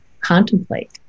contemplate